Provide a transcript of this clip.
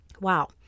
Wow